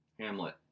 Hamlet